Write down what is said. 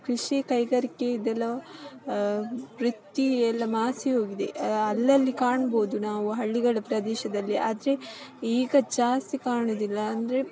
ಕೃಷಿ ಕೈಗಾರಿಕೆ ಇದೆಲ್ಲ ವೃತ್ತಿ ಎಲ್ಲ ಮಾಸಿ ಹೋಗಿದೆ ಅಲ್ಲಲ್ಲಿ ಕಾಣ್ಬೋದು ನಾವು ಹಳ್ಳಿಗಳ ಪ್ರದೇಶದಲ್ಲಿ ಆದರೆ ಈಗ ಜಾಸ್ತಿ ಕಾಣುವುದಿಲ್ಲ ಅಂದರೆ